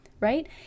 right